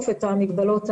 לארץ.